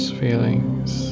feelings